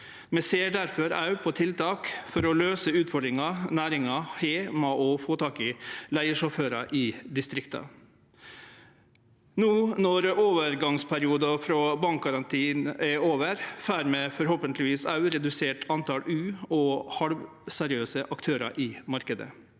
Vi ser difor òg på tiltak for å løyse utfordringa næringa har med å få tak i leigesjåførar i distrikta. No når overgangsperioden frå bankgarantien er over, får vi forhåpentlegvis òg redusert antal u- og halvseriøse aktørar i marknaden.